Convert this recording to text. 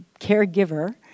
caregiver